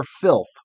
filth